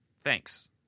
Thanks